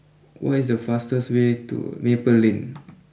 what is the fastest way to Maple Lane